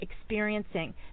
experiencing